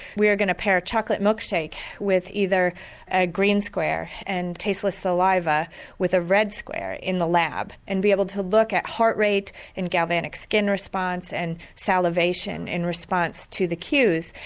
we are going to pair a chocolate milkshake with either a green square and tasteless saliva with a red square in the lab and be able to look at heart rate and galvanic skin response and salivation in response to the cues.